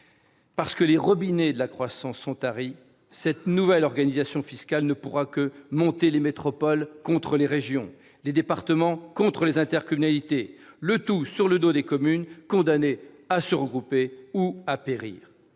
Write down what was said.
Parce que les robinets de la croissance sont taris, cette nouvelle organisation fiscale ne pourra que monter les métropoles contre les régions, les départements contre les intercommunalités, le tout sur le dos des communes, condamnées à se regrouper ou à périr.